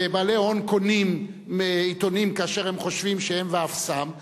ובעלי הון קונים עיתונים כאשר הם חושבים שהם ואפסם,